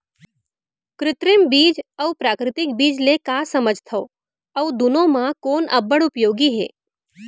कृत्रिम बीज अऊ प्राकृतिक बीज ले का समझथो अऊ दुनो म कोन अब्बड़ उपयोगी हे?